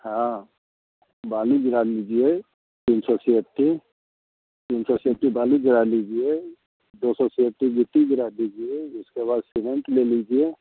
हाँ बालू गिरा लीजिए तीन सौ छ्त्तीस तीन सौ छ्त्तीस बालू गिरा लीजिए दो सौ छ्त्तीस गिट्टी गिरा दीजिए उसके बाद सीमेंट ले लीजिए